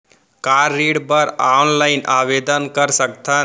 का ऋण बर ऑनलाइन आवेदन कर सकथन?